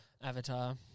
avatar